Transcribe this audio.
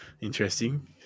Interesting